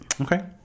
Okay